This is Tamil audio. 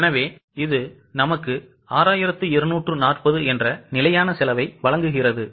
எனவே இது நமக்கு 6240 நிலையான செலவை வழங்குகிறது